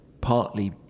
partly